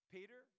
Peter